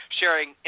sharing